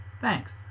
Thanks